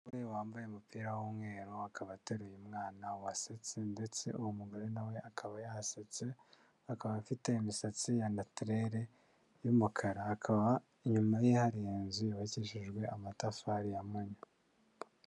Umugore wambaye umupira w'umweru akaba ateruye umwana wasetse ndetse uwo mugore nawe akaba yasetse, akaba afite imisatsi ya natirere y'umukara, akaba inyuma ye hari inzu yubakishijwe amatafari yamunyu.